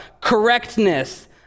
correctness